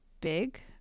big